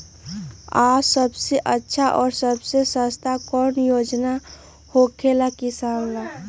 आ सबसे अच्छा और सबसे सस्ता कौन योजना होखेला किसान ला?